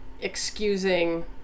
excusing